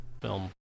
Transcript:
film